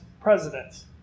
presidents